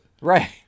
Right